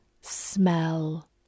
smell